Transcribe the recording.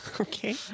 Okay